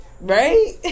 Right